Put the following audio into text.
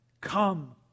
come